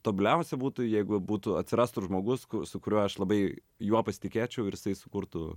tobuliausia būtų jeigu būtų atsirastų žmogus su kuriuo aš labai juo pasitikėčiau ir jisai sukurtų